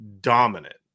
dominant